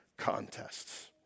contests